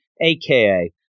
aka